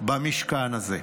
במשכן זה.